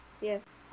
Yes